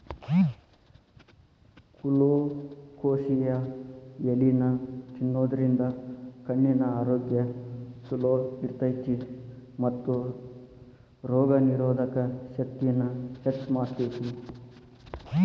colocasia ಎಲಿನಾ ತಿನ್ನೋದ್ರಿಂದ ಕಣ್ಣಿನ ಆರೋಗ್ಯ್ ಚೊಲೋ ಇರ್ತೇತಿ ಮತ್ತ ರೋಗನಿರೋಧಕ ಶಕ್ತಿನ ಹೆಚ್ಚ್ ಮಾಡ್ತೆತಿ